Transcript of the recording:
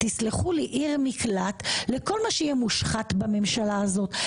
תסלחו לי עיר מקלט לכל מה שיהיה מושחת בממשלה הזאת,